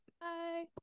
Bye